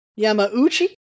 Yamauchi